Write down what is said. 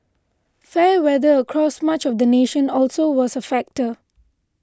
fair weather across much of the nation also was factor